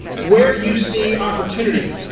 where you see opportunity,